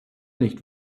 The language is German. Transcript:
nicht